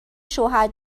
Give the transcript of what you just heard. شوهر